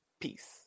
Peace